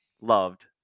loved